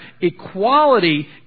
equality